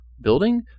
building